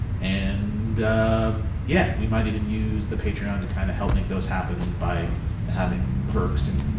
and yeah we might even use the patreon to kind of help make those happen by having perks and